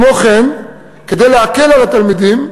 כמו כן, כדי להקל על התלמידים,